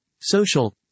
social